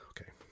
Okay